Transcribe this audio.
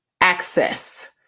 access